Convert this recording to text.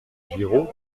giraud